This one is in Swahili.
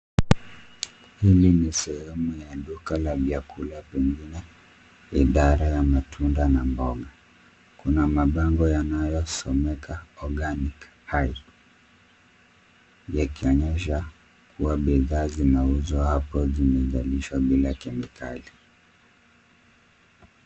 Hili ni sehemu ya duka la vyakula pengine idara yamatunda na mboga. Kuna mabango yanayosomeka organic yakionyesha kuwa bidhaa zinauzwa hapo zimezalishwa bila kemikali.